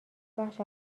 بخش